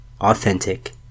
authentic